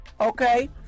okay